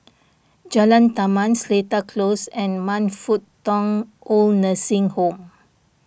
Jalan Taman Seletar Close and Man Fut Tong Oid Nursing Home